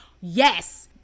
Yes